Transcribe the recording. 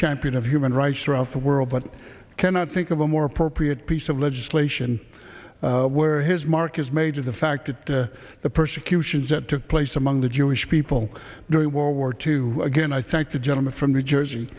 champion of human rights around the world but i cannot think of a more appropriate piece of legislation where his mark is major the fact that the persecutions that took place among the jewish people during world war two again i thank the gentleman from new jersey